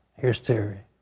here is terry.